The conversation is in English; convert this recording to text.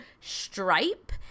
Stripe